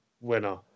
winner